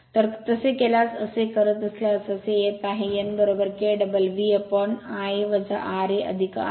तर तसे केल्यास असे करत असल्यास असे येत आहे n K double V upon Ia ra R S